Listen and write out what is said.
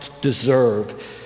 deserve